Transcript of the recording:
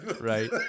right